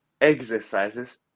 exercises